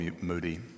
Moody